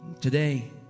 Today